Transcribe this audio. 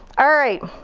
alright.